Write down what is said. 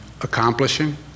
accomplishing